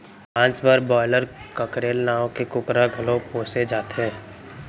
मांस बर broiler, cockerel नांव के कुकरा घलौ पोसे जाथे